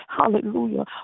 Hallelujah